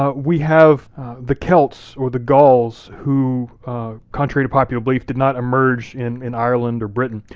um we have the celts or the gauls, who contrary to popular belief did not emerge in in ireland or britain.